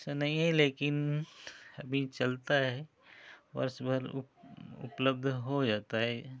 ऐसे नहीं है लेकिन अभी चलता है वर्ष भर उपलब्ध हो जाता है